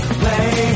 play